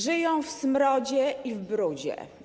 Żyją w smrodzie i brudzie.